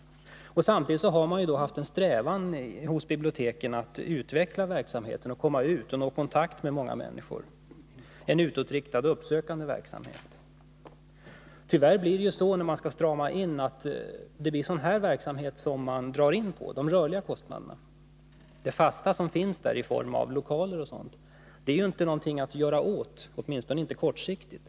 Samtidigt har man inom biblioteken strävat efter att utveckla verksamheten, att komma ut till och nå kontakt med många människor, dvs. en utåtriktad och uppsökande verksamhet. När man skall strama åt blir det tyvärr så att man drar in på sådant som gäller de rörliga kostnaderna inom denna verksamhet. De fasta kostnaderna, i form av lokaler m.m., kan man inte göra någonting åt, åtminstone inte kortsiktigt.